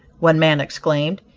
one man exclaimed,